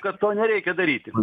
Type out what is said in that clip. kad to nereikia daryti